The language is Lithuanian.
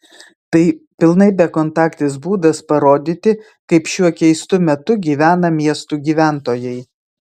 tai pilnai bekontaktis būdas parodyti kaip šiuo keistu metu gyvena miestų gyventojai